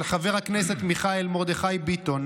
של חבר הכנסת מיכאל מרדכי ביטון,